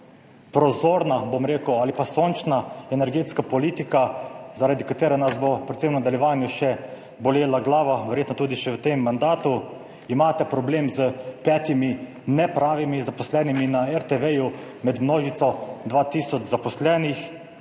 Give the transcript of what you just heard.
Prozorna, bom rekel, ali pa sončna energetska politika, zaradi katere nas bo predvsem v nadaljevanju še bolela glava, verjetno tudi še v tem mandatu. Problem imate s petimi nepravimi zaposlenimi na RTV med množico 2 tisoč zaposlenih.